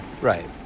right